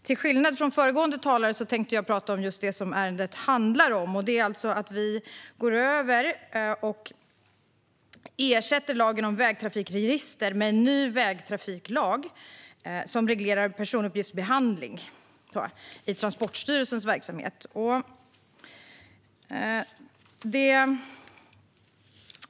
Till skillnad från föregående talare tänkte jag tala om just det som ärendet handlar om, nämligen att vi ersätter lagen om vägtrafikregister med en ny vägtrafiklag som reglerar personuppgiftsbehandling i Transportstyrelsens verksamhet.